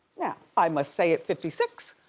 now i must say at fifty six,